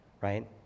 right